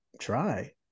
try